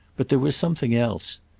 but there was something else.